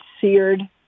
seared